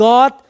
God